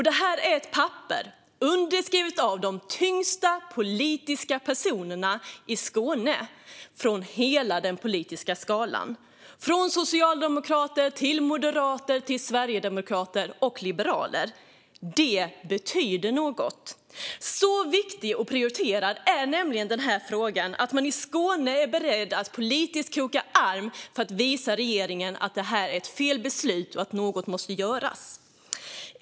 Detta är ett papper underskrivet av de tyngsta politiska personerna i Skåne från hela den politiska skalan, från socialdemokrater, till moderater, till sverigedemokrater och till liberaler. Det betyder något. Så viktig och prioriterad är nämligen denna fråga att man i Skåne är beredd att politiskt kroka arm för att visa regeringen att detta är ett beslut som är fel och att något måste göras.